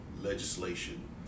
legislation